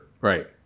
Right